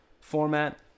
format